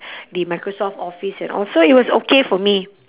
the microsoft office and all so it was okay for me